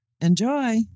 Enjoy